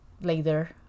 later